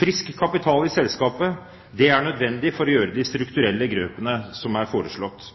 Frisk kapital i selskapet er nødvendig for å gjøre de strukturelle grepene som er foreslått.